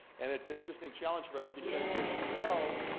and it's an interesting challenge for us because, as you know,